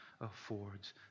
affords